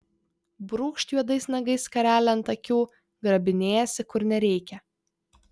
brūkšt juodais nagais skarelę ant akių grabinėjasi kur nereikia